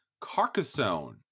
Carcassonne